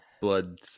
blood